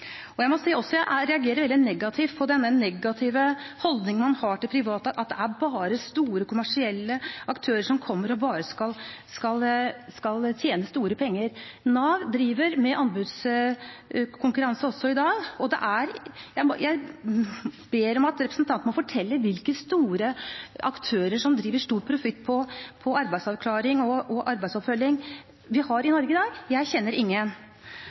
Jeg må også si at jeg reagerer veldig negativt på denne negative holdningen man har til private, at det bare er store kommersielle aktører som bare skal tjene store penger. Nav driver med anbudskonkurranse også i dag. Jeg ber representanten fortelle hvilke store aktører som inndriver stor profitt på den arbeidsavklaring og arbeidsoppfølging vi har i Norge i dag. Jeg kjenner ingen.